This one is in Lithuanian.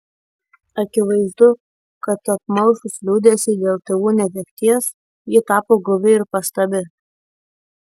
akivaizdu kad apmalšus liūdesiui dėl tėvų netekties ji tapo guvi ir pastabi